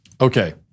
Okay